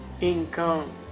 income